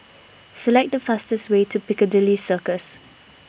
Select The fastest Way to Piccadilly Circus